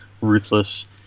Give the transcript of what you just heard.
ruthless